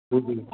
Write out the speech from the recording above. हूं